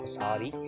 sorry